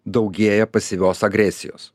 daugėja pasyvios agresijos